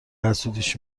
حسودیش